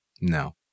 No